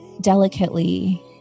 delicately